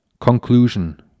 Conclusion